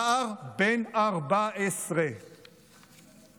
נער בן 14 משועפאט.